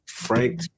Frank